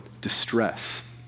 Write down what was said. distress